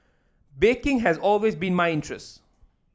baking has always been my interest